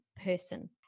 person